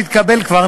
שהתקבל כבר,